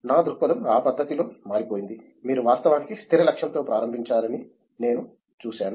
నా దృక్పథం ఆ పద్ధతి లో మారిపోయింది మీరు వాస్తవానికి స్థిర లక్ష్యంతో ప్రారంభించరని నేను చూశాను